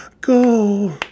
go